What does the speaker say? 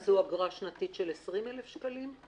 אז זו אגרה שנתית של 20,000 שקלים?